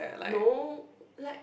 no like